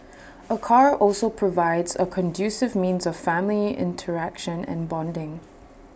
A car also provides A conducive means of family interaction and bonding